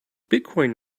bitcoin